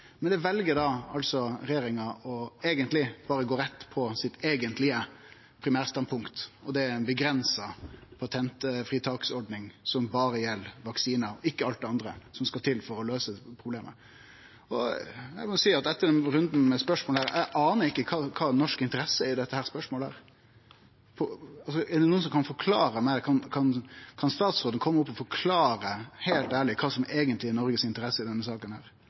altså å gå rett på sitt eigentlege primærstandpunkt, og det er ei avgrensa patentfritaksordning som gjeld berre vaksinar og ikkje alt det andre som skal til for å løyse problemet. Eg må seie at etter denne runden med spørsmål aner eg ikkje kva dei norske interessene er i dette spørsmålet. Er det nokon som kan forklare meg det? Kan statsråden kome opp og forklare heilt ærleg kva som eigentleg er Noregs interesser i denne saka?